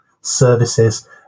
services